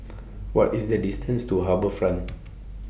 What IS The distance to HarbourFront